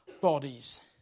bodies